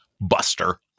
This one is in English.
Buster